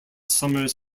summers